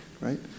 right